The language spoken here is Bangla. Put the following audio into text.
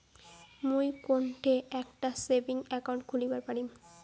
মুই কোনঠে একটা সেভিংস অ্যাকাউন্ট খুলিবার পারিম?